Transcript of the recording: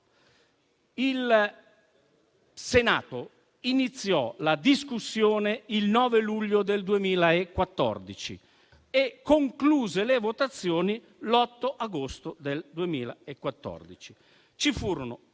Il Senato iniziò la discussione il 9 luglio 2014 e concluse le votazioni l'8 agosto del 2014. Vi furono